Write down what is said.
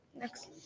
next